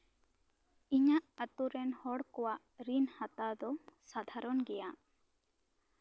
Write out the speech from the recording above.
ᱤᱧᱟᱹᱜ ᱟᱛᱳ ᱨᱮᱱ ᱦᱚᱲ ᱠᱚᱣᱟᱜ ᱨᱤᱱ ᱦᱟᱛᱟᱣ ᱫᱚ ᱥᱟᱫᱷᱟᱨᱚᱱ ᱜᱮᱭᱟ